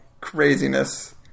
craziness